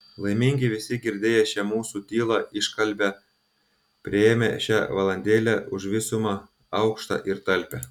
laimingi visi girdėję šią mūsų tylą iškalbią priėmę šią valandėlę už visumą aukštą ir talpią